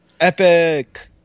Epic